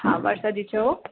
हा वर्षा दी चओ